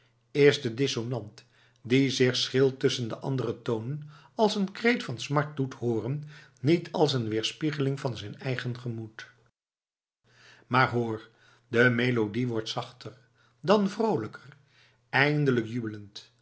is de dissonant die zich schril tusschen de andere tonen als een kreet van smart doet hooren niet als een weerspiegeling van zijn eigen gemoed maar hoor de melodie wordt zachter dan vroolijker eindelijk jubelend